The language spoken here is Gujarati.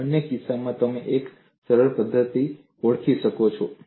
આ બંને કિસ્સાઓ તમે એક સરળ પદ્ધતિ તરીકે ઓળખી શકો છો